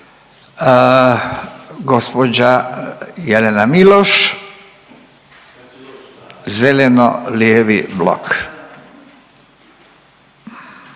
Gđa Jelena Miloš, zeleno-lijevi blok.